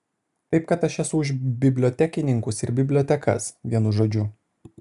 taip kad aš esu už bibliotekininkus ir bibliotekas vienu žodžiu